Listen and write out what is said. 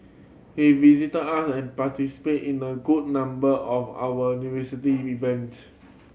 he visited us and participated in a good number of our university event